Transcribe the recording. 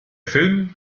film